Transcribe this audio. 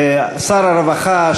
שר הרווחה,